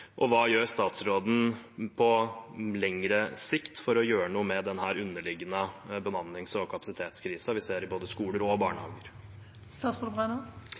og hva gjør statsråden på lengre sikt for å gjøre noe med denne underliggende bemannings- og kapasitetskrisen som vi ser i både skoler og